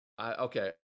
Okay